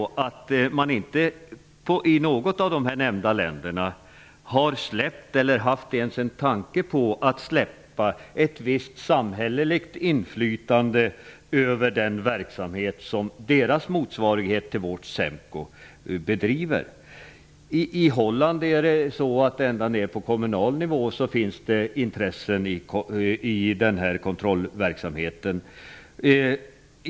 Man har inte i något av de nämnda länderna släppt, eller ens haft en tanke på att släppa, ett visst samhälleligt inflytande över den verksamhet som deras motsvarighet till vårt SEMKO bedriver. I Holland finns det ända ner på kommunal nivå intressen i kontrollverksamheten.